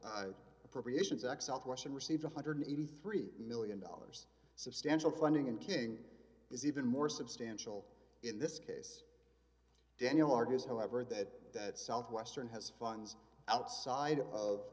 appropriations act southwestern received one hundred and eighty three million dollars substantial funding and king is even more substantial in this case daniel argues however that that southwestern has funds outside of